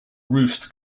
roost